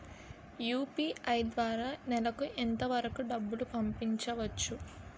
UPI ద్వారా నెలకు ఎంత వరకూ డబ్బులు పంపించవచ్చు?